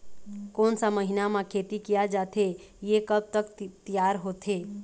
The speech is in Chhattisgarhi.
कोन सा महीना मा खेती किया जाथे ये कब तक तियार होथे?